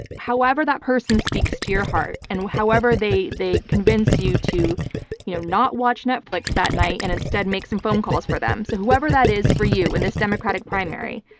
however that person speaks to your heart and however they they convince you to you know not watch netflix that night and instead make some phone calls for them. so whoever that is for you in this democratic primary,